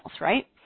right